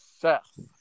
Seth